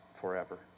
forever